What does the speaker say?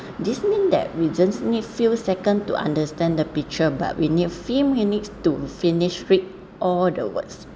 this mean that we just need few second to understand the picture but we need few minutes to finish read all the words